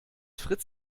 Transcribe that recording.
frites